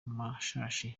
amashashi